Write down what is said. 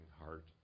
heart